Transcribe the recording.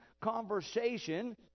conversation